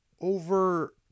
over